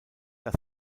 das